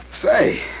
Say